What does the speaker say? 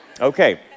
Okay